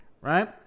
right